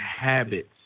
habits